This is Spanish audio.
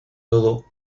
todo